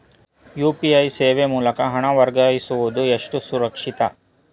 UPI ಸೇವೆ ಮೂಲಕ ಹಣ ವರ್ಗಾಯಿಸುವುದು ಎಷ್ಟು ಸುರಕ್ಷಿತ?